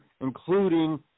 including